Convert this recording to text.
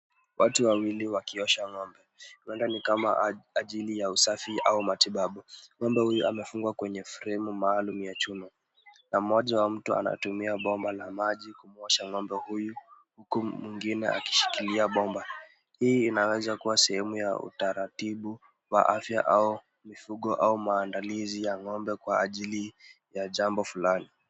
Watu wawili wakiosha ng'ombe. Huenda ni kama ajili ya usafi au matibabu. Ng'ombe huyu amefungua kwenye fremu maalum ya chuma. Na mmoja wa mtu anatumia bomba la maji kumwosha mambo huyu kwa mwingine akishikilia bomba. Hii inaweza kuwa sehemu ya utaratibu wa afya au mifugo au maandalizi ya ng'ombe kwa ajili ya jambo fulani.